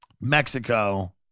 Mexico